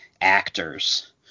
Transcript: actors